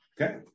Okay